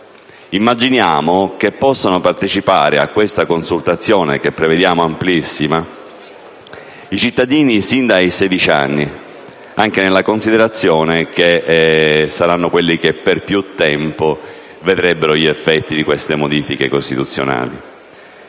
Immaginiamo che possano partecipare a tale consultazione, che prevediamo davvero ampia, i cittadini maggiori di sedici anni, anche nella considerazione che saranno quelli che per più tempo potrebbero vedere gli effetti di tali modifiche costituzionali.